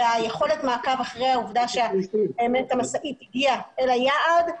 ויכולת המעקב על זה שבאמת המשאית הגיעה אל היעד,